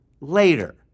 later